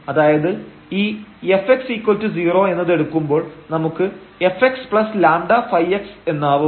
അതായത് ഈ Fx0 എന്നത് എടുക്കുമ്പോൾ നമുക്ക് fxλϕx എന്നാവും